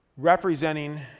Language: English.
Representing